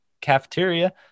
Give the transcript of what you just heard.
cafeteria